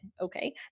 Okay